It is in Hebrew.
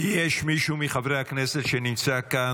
יש מישהו מחברי הכנסת שנמצא כאן,